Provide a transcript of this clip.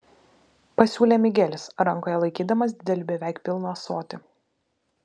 pasiūlė migelis rankoje laikydamas didelį beveik pilną ąsotį